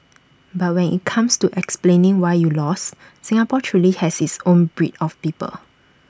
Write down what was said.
but when IT comes to explaining why you lost Singapore truly has its own breed of people